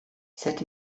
sept